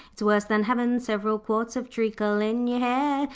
it's worse than havin' several quarts of treacle in your hair.